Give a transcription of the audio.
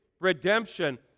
redemption